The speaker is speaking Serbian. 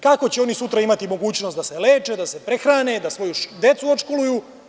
Kakvu će oni imati mogućnost sutra da se leče, da se prehrane, da svoju decu iškoluju?